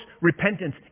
repentance